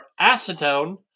acetone